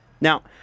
Now